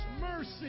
Mercy